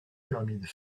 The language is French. permis